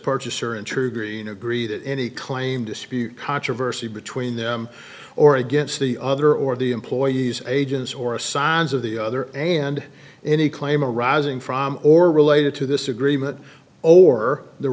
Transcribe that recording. purchaser and true green agree that any claim dispute controversy between them or against the other or the employees agents or assigns of the other and any claim arising from or related to this agreement or the